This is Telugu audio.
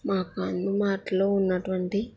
మాకు అందుబాటులో ఉన్నటువంటి